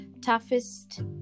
toughest